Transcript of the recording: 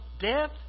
death